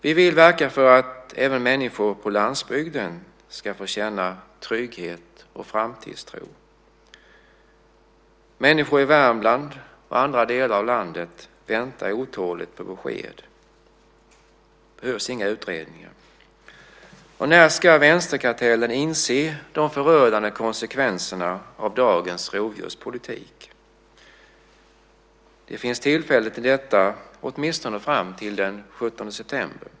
Vi vill verka för att även människor på landsbygden ska få känna trygghet och framtidstro. Människor i Värmland och andra delar av landet väntar otåligt på besked. Det behövs inga utredningar. När ska vänsterkartellen inse de förödande konsekvenserna av dagens rovdjurspolitik? Det finns tillfälle till detta åtminstone fram till den 17 september.